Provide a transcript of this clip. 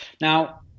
Now